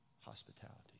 hospitality